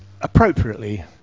appropriately